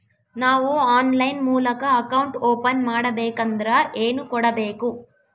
ನಾವು ಆನ್ಲೈನ್ ಮೂಲಕ account open ಮಾಡಬೇಂಕದ್ರ ಏನು ಕೊಡಬೇಕು?